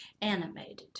animated